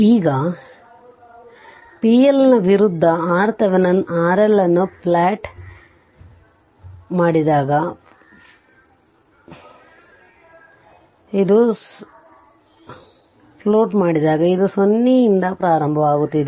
ಈಗ p L ನ ವಿರುದ್ದ RThevenin RL ಅನ್ನು ಪ್ಲಾಟ್ ಮಾಡಿದಾಗ ಪ್ಲಾಟ್ ಇದು 0 ನಿಂದ ಪ್ರಾರಂಭವಾಗುತ್ತಿದೆ